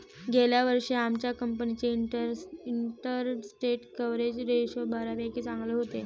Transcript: गेल्या वर्षी आमच्या कंपनीचे इंटरस्टेट कव्हरेज रेशो बऱ्यापैकी चांगले होते